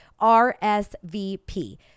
RSVP